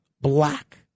black